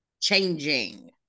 changing